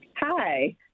Hi